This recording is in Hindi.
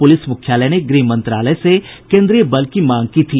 पुलिस मुख्यालय ने गृह मंत्रालय से केन्द्रीय बल की मांग की थी